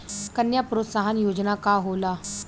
कन्या प्रोत्साहन योजना का होला?